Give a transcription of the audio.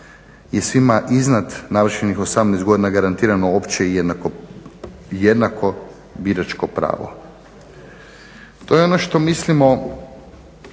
je svima iznad navršenih 18 godina garantirano opće i jednako biračko pravo. To je ono što mislimo